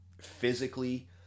physically